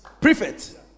Prefect